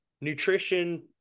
nutrition